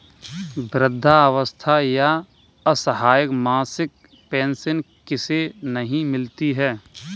वृद्धावस्था या असहाय मासिक पेंशन किसे नहीं मिलती है?